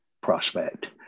prospect